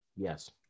Yes